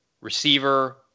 Receiver